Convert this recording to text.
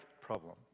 problem